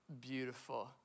beautiful